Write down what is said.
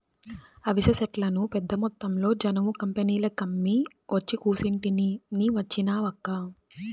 అవిసె సెట్లను పెద్దమొత్తంలో జనుము కంపెనీలకమ్మి ఒచ్చి కూసుంటిని నీ వచ్చినావక్కా